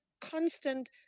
constant